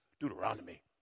Deuteronomy